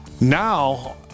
Now